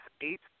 eight